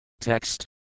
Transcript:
Text